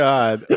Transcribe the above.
God